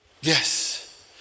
Yes